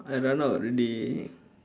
I run out already